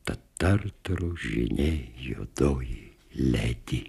tad tartaro žyniai juodoji ledi